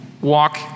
walk